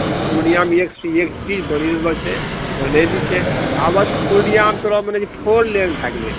पूर्णियामे एक सँ एक चीज बनी रहल छै बनै भी छै आबक पूर्णियामे तोरा मने जे फोर लेन भए गेलै